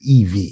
EV